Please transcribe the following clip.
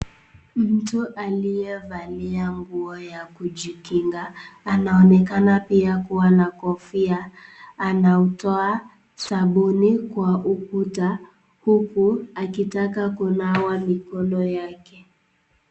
Mtu aliyevalia nguo ya kujikinga anaonekana pia kuwa na kofia. Anautoa sabuni kwa ukuta uku akitaka kunawa mikono yake.